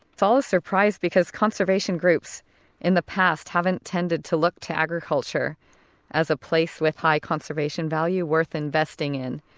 it's all a surprise because conservation groups in the past haven't tended to look to agriculture as a place with high conservation value worth investing in.